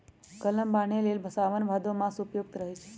कलम बान्हे लेल साओन भादो मास उपयुक्त रहै छै